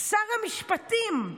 שר המשפטים,